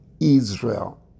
Israel